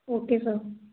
okay sir